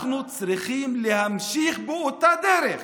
אנחנו צריכים להמשיך באותה דרך